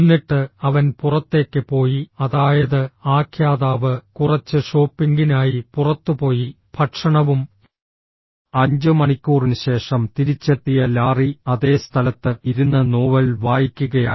എന്നിട്ട് അവൻ പുറത്തേക്ക് പോയി അതായത് ആഖ്യാതാവ് കുറച്ച് ഷോപ്പിംഗിനായി പുറത്തുപോയി ഭക്ഷണവും അഞ്ച് മണിക്കൂറിന് ശേഷം തിരിച്ചെത്തിയ ലാറി അതേ സ്ഥലത്ത് ഇരുന്ന് നോവൽ വായിക്കുകയായിരുന്നു